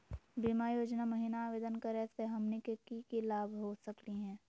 बीमा योजना महिना आवेदन करै स हमनी के की की लाभ हो सकनी हे?